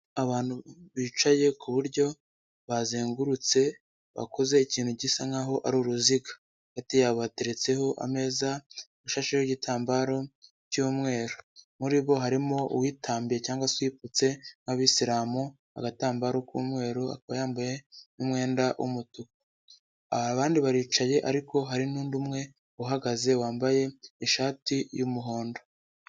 Abantu bicaye kuburyo bazengurutse bakoze ikintu gisa nkaho ari uruziga hagati yabo bateretseho ameza ashashi y'igitambaro cyu'mweru muri bo harimo uwitambiye cyangwa se uwipfutse nk'abisiramu agatambaro k'umweruba yambaye umwenda w'umutuku abandi baricaye ariko hari n'undi umwe uhagaze wambaye ishati y'umuhondo.